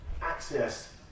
access